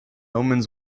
omens